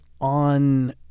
on